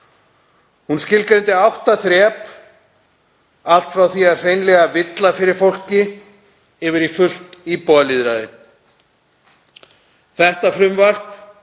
Hún skilgreindi átta þrep, allt frá því að hreinlega villa um fyrir fólki yfir í fullt íbúalýðræði. Þetta frumvarp